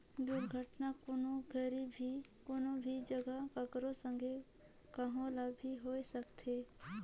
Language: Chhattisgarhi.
दुरघटना, कोनो घरी भी, कोनो भी जघा, ककरो संघे, कहो ल भी होए सकथे